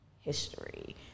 history